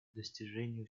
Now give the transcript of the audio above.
достижению